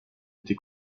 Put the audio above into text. était